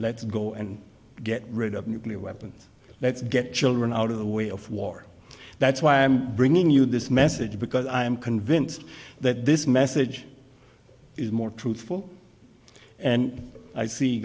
let's go and get rid of nuclear weapons let's get children out of the way of war that's why i'm bringing you this message because i am convinced that this message is more truthful and i see